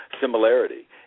similarity